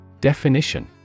Definition